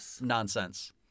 nonsense